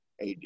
AD